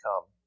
come